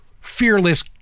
fearless